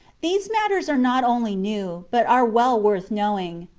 these matters are not only new, but are well worth knowing.